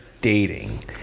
dating